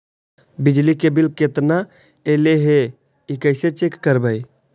बिजली के बिल केतना ऐले हे इ कैसे चेक करबइ?